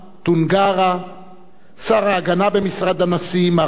שר ההגנה במשרד הנשיא, מר פול קופי קופי,